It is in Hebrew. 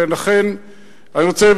ולכן אני רוצה,